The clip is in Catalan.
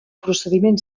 procediment